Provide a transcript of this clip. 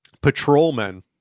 patrolmen